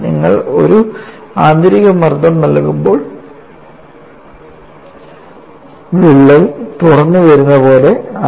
നിങ്ങൾ ഒരു ആന്തരിക മർദ്ദം നൽകുമ്പോൾ വിള്ളൽ തുറന്നു വരുന്ന പോലെയാണ്